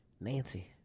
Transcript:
Nancy